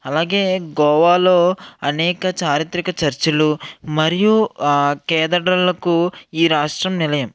అలాగే గోవాలో అనేక చారిత్రక చర్చ్లు మరియు కేదడ్రల్లకు ఈ రాష్ట్రం నిలయం